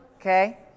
okay